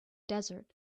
desert